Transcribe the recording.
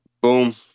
boom